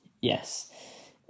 yes